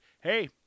hey